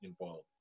involved